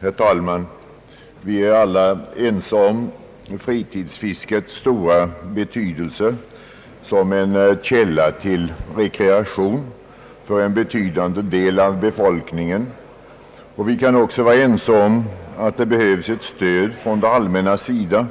Herr talman! Vi är alla ense om fritidsfiskets stora betydelse som en källa till rekreation för en betydande del av befolkningen. Vi kan också vara ense om att det behövs ett stöd från det allmännas sida